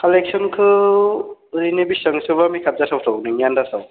कालेक्स'नखौ ओरैनो बेसेबांसोबा हिसाब जाथावथाव नोंनि आनदाजआव